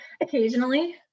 Occasionally